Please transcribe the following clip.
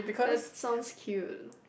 that sounds cute